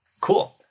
Cool